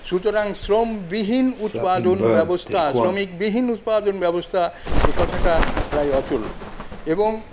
সুতরাং শ্রমবিহীন উৎপাদন ব্যবস্থা শ্রমিকবিহীন উৎপাদন ব্যবস্থা একথাটা প্রায় অচল এবং